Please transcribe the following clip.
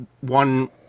one